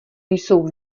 jsou